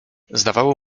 zdawało